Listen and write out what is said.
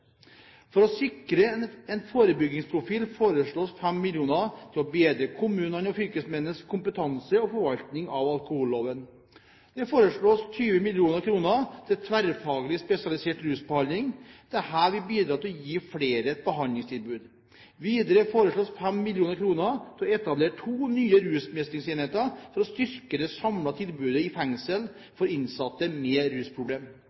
For å sikre en forebyggingsprofil foreslås 5 mill. kr for å bedre kommunenes og fylkesmennenes kompetanse og forvaltning av alkoholloven. Det foreslås 20 mill. kr til tverrfaglig spesialisert rusbehandling. Dette vil bidra til å gi flere et behandlingstilbud. Videre foreslås det 5 mill. kr til å etablere to nye rusmestringsenheter for å styrke det samlede tilbudet i